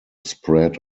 spread